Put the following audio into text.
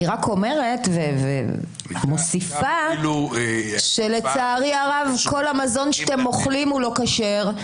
אני רק מוסיפה שלצערי הרב כל המזון שאתם אוכלי הוא לא כשר,